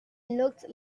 looked